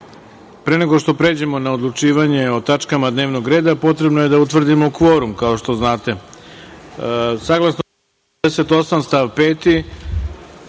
nego što pređemo na odlučivanje o tačkama dnevnog reda potrebno je da utvrdimo kvorum. Saglasno članu